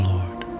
Lord